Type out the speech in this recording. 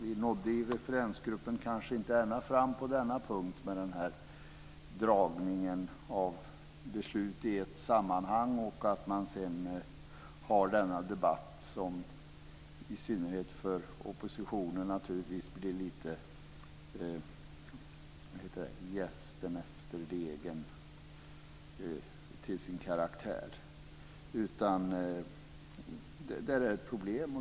I referensgruppen nådde vi kanske inte ända fram på denna punkt som handlar om dragning av beslut i ett sammanhang och att man sedan har en debatt som, i synnerhet för oppositionen, får karaktär av jästen efter degen. Det är ett problem.